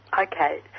Okay